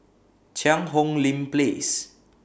Cheang Hong Lim Place